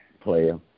player